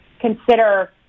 consider